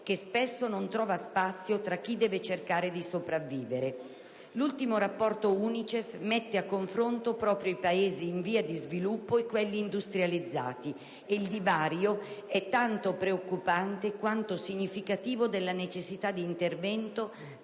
che spesso non trova spazio tra chi deve cercare di sopravvivere. L'ultimo rapporto UNICEF mette a confronto proprio i Paesi in via di sviluppo e quelli industrializzati e il divario è tanto preoccupante quanto significativo della necessità di intervento